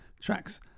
tracks